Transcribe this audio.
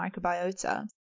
microbiota